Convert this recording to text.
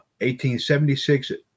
1876